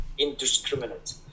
indiscriminate